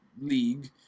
league